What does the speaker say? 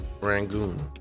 Rangoon